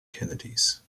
kennedys